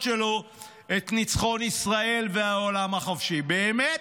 שלו את ניצחון ישראל והעולם החופשי" באמת?